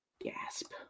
Gasp